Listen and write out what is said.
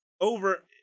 over